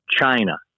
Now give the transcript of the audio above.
China